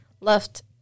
left